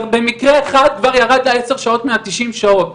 במקרה אחד כבר ירד לה עשר שעות מהתשעים שעות,